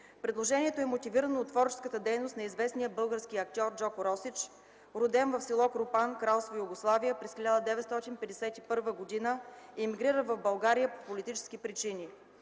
Предложението е мотивирано от творческата дейност на известния български актьор Джордже Росич Роден е в село Крупан, Кралство Югославия и през 1951 г. емигрира в България по политически причини.